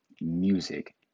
music